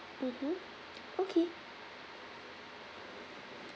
mmhmm okay